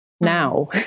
now